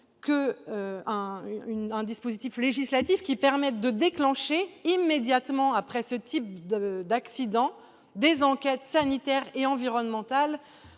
un dispositif législatif autorisant le déclenchement immédiat, après ce type d'accident, d'enquêtes sanitaires et environnementales